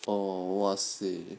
oh !wahseh!